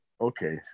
Okay